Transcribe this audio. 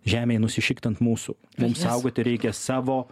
žemei nusišikt ant mūsų mum saugoti reikia savo